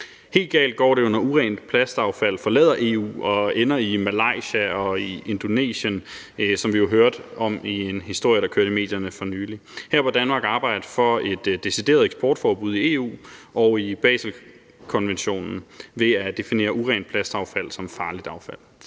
Helt galt går det jo, når urent plastaffald forlader EU og ender i Malaysia og i Indonesien, hvad vi jo hørte om i en historie, der kørte i medierne for nyligt. Her bør Danmark arbejde for et decideret eksportforbud i EU og i Baselkonventionen ved at definere urent plastaffald som farligt affald.